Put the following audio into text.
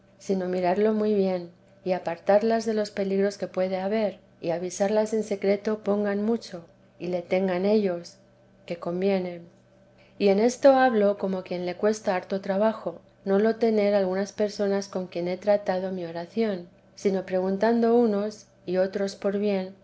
sino mirarlo muy bien y apartarlas de los peligros que puede haber y avisarlas en secreto pongan mucho y le tengan ellos que conviene y en esto hablo como quien le cuesta harto trabajo no lo tener algunas personas con quien he tratado mi oración sino preguntando unos y otros por bien